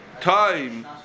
time